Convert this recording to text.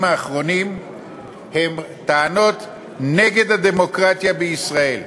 האחרונים הן טענות נגד הדמוקרטיה בישראל.